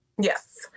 Yes